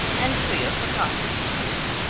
and julia forgot her shyness,